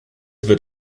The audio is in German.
wird